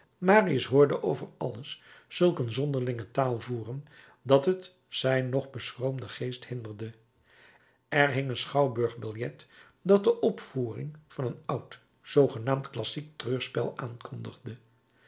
marius hoorde over alles zulk een zonderlinge taal voeren dat het zijn nog beschroomden geest hinderde er hing een schouwburgbiljet dat de opvoering van een oud zoogenaamd classiek treurspel aankondigde